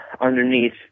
underneath